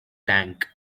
tank